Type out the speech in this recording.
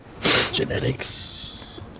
Genetics